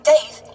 Dave